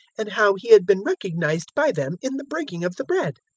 and how he had been recognized by them in the breaking of the bread.